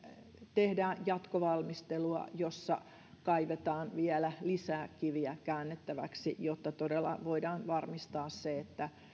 tehdään jatkovalmistelua jossa kaivetaan vielä lisää kiviä käännettäväksi jotta todella voidaan varmistaa se että